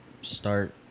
start